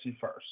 first